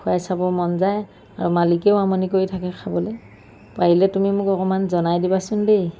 খুৱাই চাব মন যায় আৰু মালিকেও আমনি কৰি থাকে খাবলৈ পাৰিলে তুমি মোক অকণমান জনাই দিবাচোন দেই